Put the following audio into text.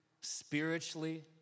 spiritually